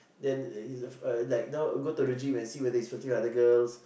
then uh uh you know go to the gym and see if he flirting with other girls